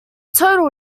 total